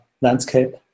landscape